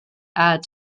add